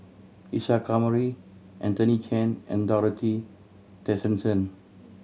Isa Kamari Anthony Chen and Dorothy Tessensohn